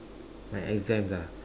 my exams ah